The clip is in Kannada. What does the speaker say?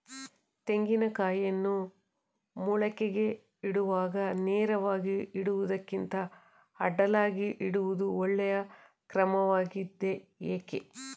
ತೆಂಗಿನ ಕಾಯಿಯನ್ನು ಮೊಳಕೆಗೆ ಇಡುವಾಗ ನೇರವಾಗಿ ಇಡುವುದಕ್ಕಿಂತ ಅಡ್ಡಲಾಗಿ ಇಡುವುದು ಒಳ್ಳೆಯ ಕ್ರಮವಾಗಿದೆ ಏಕೆ?